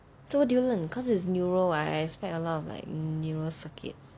so what do you learn cause it's neuro [what] I expect like a lot like neural circuits